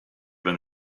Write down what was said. than